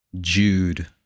Jude